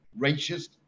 racist